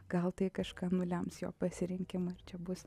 gal tai kažką nulems jo pasirinkimą ir čia bus